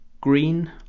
green